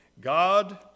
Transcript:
God